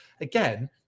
again